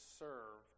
serve